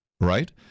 right